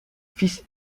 fils